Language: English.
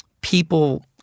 people